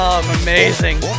amazing